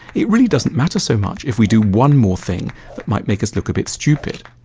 it really doesn't matter so much if we do one more thing that might make us look a bit stupid.